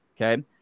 Okay